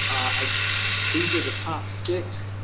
ah these are the top six.